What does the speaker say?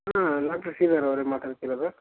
ಹಾಂ ನಾವು ಶಶಿಧರ್ ಅವರೇ ಮಾತಾಡ್ತಿರೋದು